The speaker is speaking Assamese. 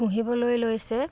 পুহিবলৈ লৈছে